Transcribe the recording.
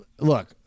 look